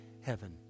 heaven